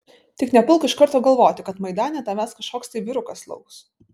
tik nepulk iš karto galvoti kad maidane tavęs kažkoks tai vyrukas lauks